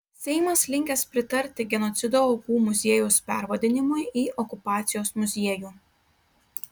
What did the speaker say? seimas linkęs pritarti genocido aukų muziejaus pervadinimui į okupacijos muziejų